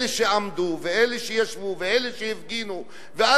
אלה שעמדו ואלה שישבו ואלה שהפגינו על